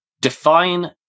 define